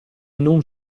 non